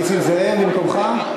נסים זאב במקומך.